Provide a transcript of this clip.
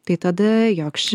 tai tada joks čia